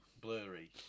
blurry